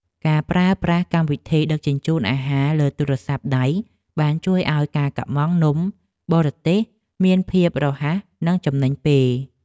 ការប្រើប្រាស់កម្មវិធីដឹកជញ្ជូនអាហារលើទូរស័ព្ទដៃបានជួយឱ្យការកម្ម៉ង់នំបរទេសមានភាពរហ័សនិងចំណេញពេល។